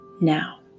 now